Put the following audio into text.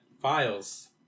files